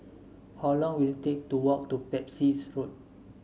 how long will it take to walk to Pepys Road